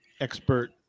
expert